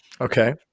okay